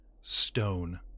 stone